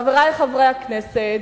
חברי חברי הכנסת,